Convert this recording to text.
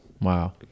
Wow